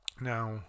Now